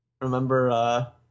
Remember